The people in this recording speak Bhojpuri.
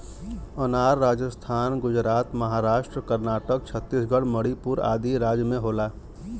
अनार राजस्थान गुजरात महाराष्ट्र कर्नाटक छतीसगढ़ मणिपुर आदि राज में होला